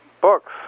Books